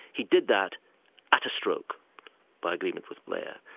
he did that at a stroke by agreement with blair.